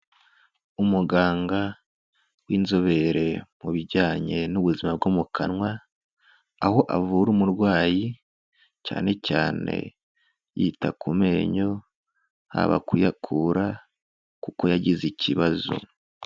Umuganga w'inzobere mu bijyanye n'ubuzima bwo mu kanwa aho avura umurwayi cyane cyane yita ku menyo haba kuyakura kuko yagize ikibazo.